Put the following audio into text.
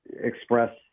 Express